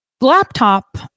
laptop